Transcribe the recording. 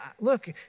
look